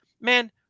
man